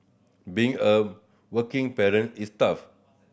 being a working parent is tough